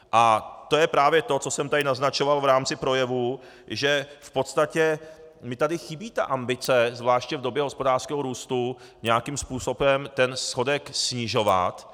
A to je právě to, co jsem tady naznačoval v rámci projevu, že v podstatě mi tady chybí ambice zvláště v době hospodářského růstu nějakým způsobem ten schodek snižovat.